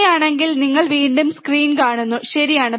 അങ്ങനെയാണെങ്കില് നിങ്ങൾ വീണ്ടും സ്ക്രീൻ കാണുന്നു ശരിയാണ്